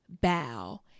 bow